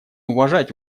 уважать